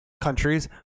countries